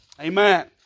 Amen